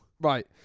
Right